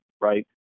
right